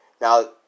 Now